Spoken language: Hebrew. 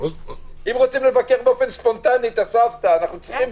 אם רוצים לבקר באופן ספונטני את הסבתא, צריכים?